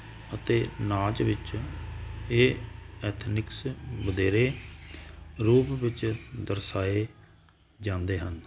ਅਤੇ ਨਾਚ ਵਿੱਚ ਇਹ ਐਥਨਿਕਸ ਵਧੇਰੇ ਰੂਪ ਵਿੱਚ ਦਰਸਾਏ ਜਾਂਦੇ ਹਨ